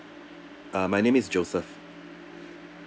ah my name is joseph